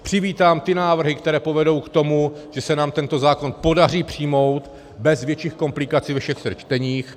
Přivítám ty návrhy, které povedou k tomu, že se nám tento zákon podaří přijmout bez větších komplikací ve všech třech čteních.